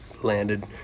landed